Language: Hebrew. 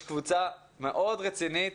ישנה קבוצה מאוד רצינית